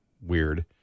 weird